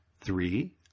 Three